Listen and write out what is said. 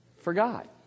forgot